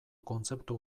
kontzeptu